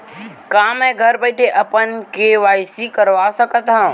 का मैं घर बइठे अपन के.वाई.सी करवा सकत हव?